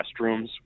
restrooms